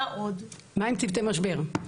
מה עם צוותי משבר?